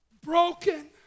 broken